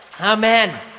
Amen